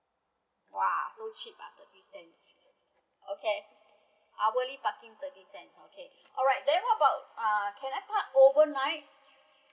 !whoa! so cheap ah thirty cent